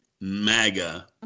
MAGA